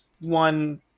one